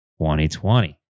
2020